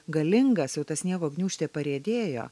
galingas jau ta sniego gniūžtė pariedėjo